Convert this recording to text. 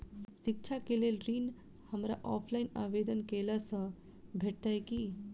शिक्षा केँ लेल ऋण, हमरा ऑफलाइन आवेदन कैला सँ भेटतय की?